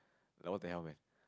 like what the hell man